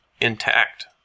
intact